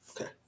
okay